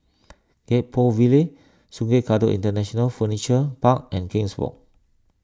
Gek Poh Ville Sungei Kadut International Furniture Park and King's Walk